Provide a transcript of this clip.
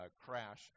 crash